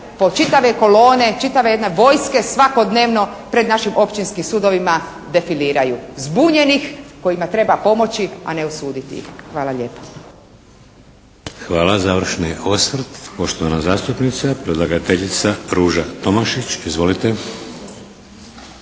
po čitave kolone, čitave jedne vojske svakodnevno pred našim općinskim sudovima defiliraju. Zbunjenih kojima treba pomoći, a ne osuditi ih. Hvala lijepa. **Šeks, Vladimir (HDZ)** Hvala. Završni osvrt, poštovana zastupnica, predlagateljica Ruža Tomašić. Izvolite.